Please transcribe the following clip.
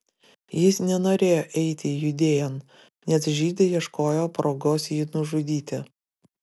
jis nenorėjo eiti judėjon nes žydai ieškojo progos jį nužudyti